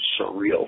surreal